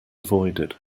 avoided